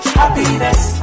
happiness